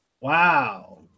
Wow